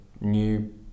new